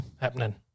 happening